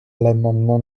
l’amendement